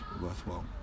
worthwhile